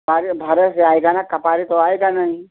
पानी भारा जो आएगा ना खपाये तो आएगा नहीं